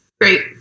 Great